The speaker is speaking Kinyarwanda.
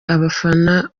abafana